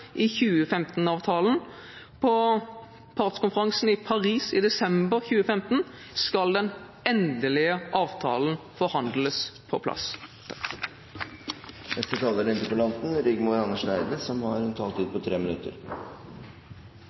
i 2015-avtalen. På partskonferansen i Paris i desember 2015 skal den endelige avtalen forhandles på plass. Jeg takker for statsrådens svar. Det er svært så positivt at Norges fremtidige klimamål nå blir løftet fram som en